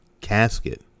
casket